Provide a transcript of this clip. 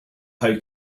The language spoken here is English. how